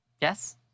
Yes